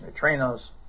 neutrinos